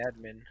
admin